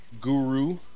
guru